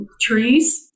trees